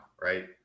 right